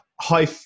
high